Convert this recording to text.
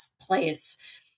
place